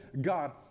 God